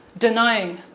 denying,